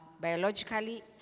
biologically